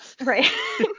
Right